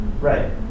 Right